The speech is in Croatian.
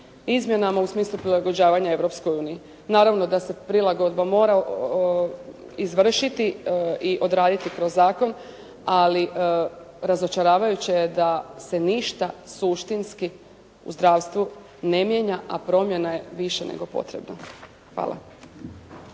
izmjenama u smislu prilagođavanja Europskoj uniji. Naravno da se prilagodba mora izvršiti i odraditi kroz zakon, ali razočaravajuće je da se ništa suštinski u zdravstvu ne mijenja, a promjena je više nego potrebna. Hvala.